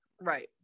right